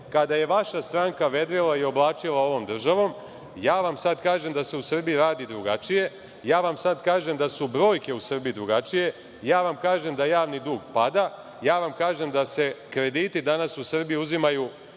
kada je vaša stranka vedrila i oblačila ovom državom. Sada vam kažem da se u Srbiji radi drugačije. Kažem vam da su brojke u Srbiji drugačije. Kažem vam da javni dug pada. Kažem vam da se krediti danas u Srbiji uzimaju